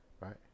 Right